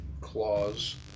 claws